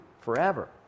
forever